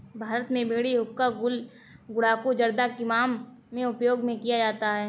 भारत में बीड़ी हुक्का गुल गुड़ाकु जर्दा किमाम में उपयोग में किया जाता है